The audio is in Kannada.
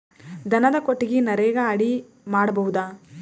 ದನದ ಕೊಟ್ಟಿಗಿ ನರೆಗಾ ಅಡಿ ಮಾಡಬಹುದಾ?